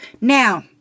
Now